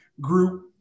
group